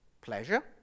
Pleasure